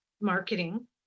marketing